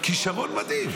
כישרון מדהים.